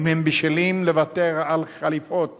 אם הם בשלים לוותר על חליפות